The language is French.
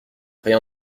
rien